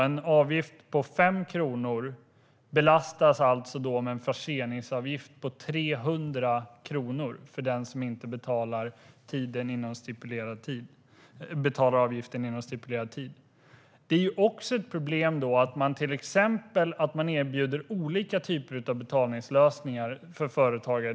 En avgift på 5 kronor belastas med en förseningsavgift på 300 kronor för den som inte betalar avgiften inom stipulerad tid. Det är också ett problem att man till exempel erbjuder olika typer av betalningslösningar för företagare.